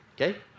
Okay